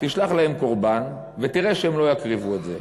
תשלח להם קורבן ותראה שהם לא יקריבו את זה.